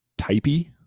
typey